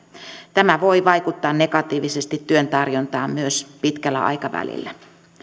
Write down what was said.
tämä voi vaikuttaa negatiivisesti työn tarjontaan myös pitkällä aikavälillä